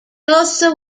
also